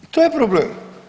To je problem.